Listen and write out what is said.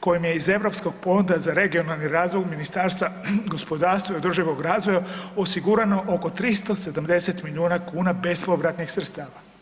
kojim je iz Europskog fonda za regionalni razvoj Ministarstva gospodarstva i održivog razvoja osigurano oko 370 milijuna kuna bespovratnih sredstava.